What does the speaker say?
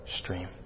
stream